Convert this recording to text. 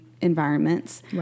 environments